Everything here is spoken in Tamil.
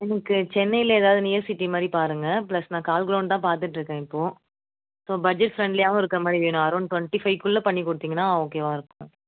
எனக்கு சென்னையில் ஏதாவது நியர் சிட்டி மாதிரி பாருங்க பிளஸ் நான் கால் கிரௌண்டு தான் பார்த்துட்டுருக்கேன் இப்போது ஸோ பட்ஜெட் ஃபிரெண்ட்லியாகவும் இருக்கற மாதிரி வேணும் அரௌண்ட் டுவெண்ட்டி ஃபைவ் குள்ளே பண்ணி கொடுத்தீங்கன்னா ஓகேவாகயிருக்கும் மேம்